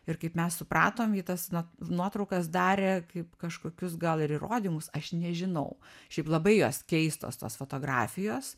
ir kaip mes supratom ji tas nuotraukas darė kaip kažkokius gal ir įrodymus aš nežinau šiaip labai jos keistos tos fotografijos